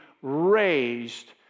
raised